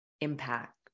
impact